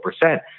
percent